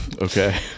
Okay